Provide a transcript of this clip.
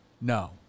no